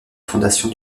fondation